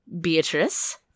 Beatrice